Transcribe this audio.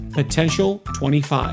potential25